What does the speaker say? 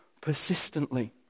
persistently